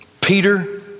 Peter